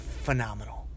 phenomenal